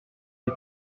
des